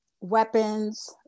weapons